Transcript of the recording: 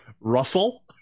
Russell